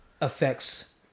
affects